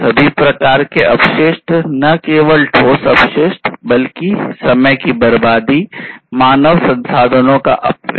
सभी प्रकार के अपशिष्ट न केवल ठोस अपशिष्ट बल्कि समय की बर्बादी मानव संसाधनों का अपव्यय